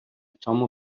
цьому